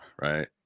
right